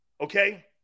Okay